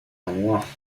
noire